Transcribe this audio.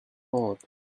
hot